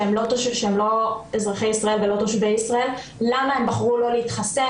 שהם לא אזרחי ישראל ולא תושבי ישראל למה הם בחרו להתחסן?